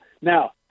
now